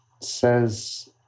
says